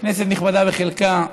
כנסת נכבדה, בחלקה,